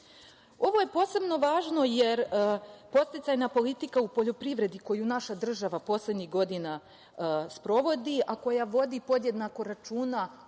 je posebno važno, jer podsticajna politika u poljoprivredi, koju naša država poslednjih godina sprovodi, a koja vodi podjednako računa